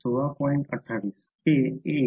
विद्यार्थीः संदर्भः वेळ १६